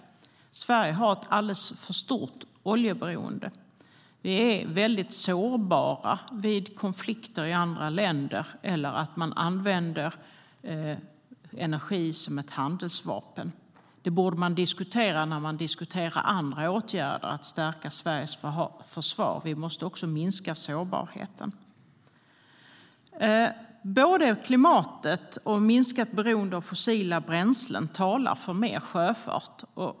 Sverige har ett alldeles för stort oljeberoende. Vi är väldigt sårbara vid konflikter i andra länder eller när man använder energi som ett handelsvapen. Det borde man diskutera när man diskuterar andra åtgärder för att stärka Sveriges försvar. Vi måste också minska sårbarheten. Både klimatet och ett minskat beroende av fossila bränslen talar för mer sjöfart.